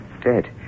Dead